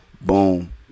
Boom